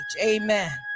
Amen